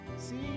See